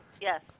Yes